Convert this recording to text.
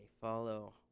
follow